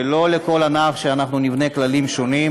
ושלא נבנה לכל ענף כללים שונים.